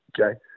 Okay